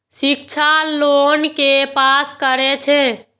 शिक्षा लोन के पास करें छै?